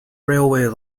railway